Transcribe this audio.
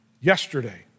yesterday